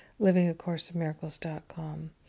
livingacourseofmiracles.com